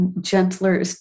gentler